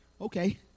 Okay